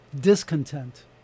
discontent